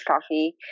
coffee